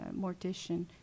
mortician